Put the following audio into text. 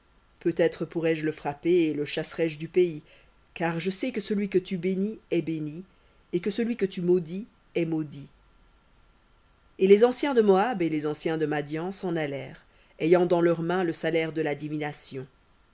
peut-être pourrai-je le frapper et le chasserai je du pays car je sais que celui que tu bénis est béni et que celui que tu maudis est maudit et les anciens de moab et les anciens de madian s'en allèrent ayant dans leurs mains le salaire de la divination